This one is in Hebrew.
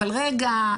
'אבל רגע,